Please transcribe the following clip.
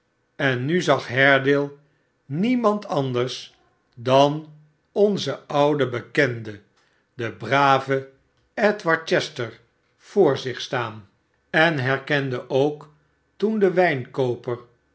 en nu zag haredale niemand anders dan onzen ouden bekende den braven edward chester voor zich staan en herkende de